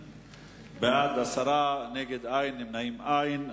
בעד 10, נגד, אין, נמנעים, אין.